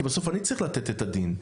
כי בסוף אני צריך לתת את הדין.